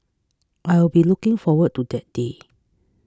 I will be looking forward to that day